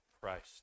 Christ